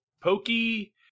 Pokey